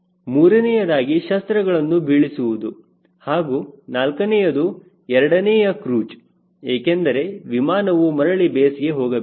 ಮೂರನೆಯದಾಗಿ ಶಸ್ತ್ರಗಳನ್ನು ಬೀಳಿಸುವುದು ಹಾಗೂ ನಾಲ್ಕನೆಯದು ಎರಡನೆಯ ಕ್ರೂಜ್ ಏಕೆಂದರೆ ವಿಮಾನವು ಮರಳಿ ಬೇಸ್ಗೆ ಹೋಗಬೇಕು